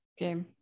okay